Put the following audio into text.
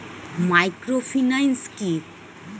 Microfinance কি?